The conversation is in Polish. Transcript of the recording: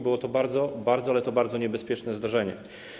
Było to bardzo, bardzo, ale to bardzo niebezpieczne zdarzenie.